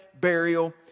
burial